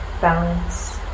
balance